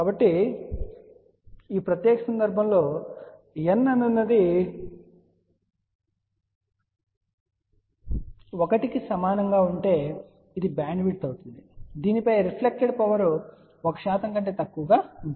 కాబట్టి ఈ ప్రత్యేక సందర్భంలో n అనునది 1 కి సమానంగా ఉంటే ఇది బ్యాండ్విడ్త్ అవుతుంది దీనిపై రిఫ్లెక్టెడ్ పవర్ 1 శాతం కంటే తక్కువగా ఉంటుంది